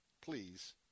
please